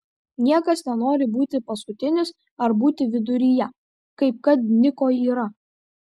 niekas nenori būti paskutinis ar būti viduryje kaip kad niko yra